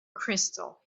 crystal